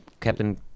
Captain